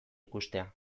ikustea